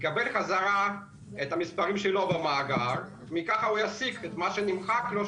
יקבל חזרה את המספרים שלו במאגר וככה הוא ישיג את מה שנמחק לו,